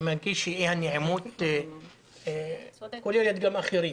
אני מרגיש שאי הנעימות כוללת גם אחרים,